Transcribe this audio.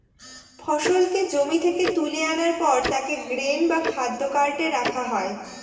ফসলকে জমি থেকে তুলে আনার পর তাকে গ্রেন বা খাদ্য কার্টে রাখা হয়